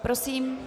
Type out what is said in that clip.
Prosím.